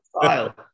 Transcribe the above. style